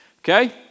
Okay